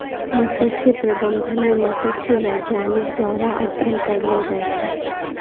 मत्स्य प्रबंधन मे मत्स्य बैज्ञानिक द्वारा अध्ययन करलो जाय छै